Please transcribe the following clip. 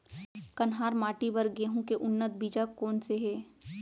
कन्हार माटी बर गेहूँ के उन्नत बीजा कोन से हे?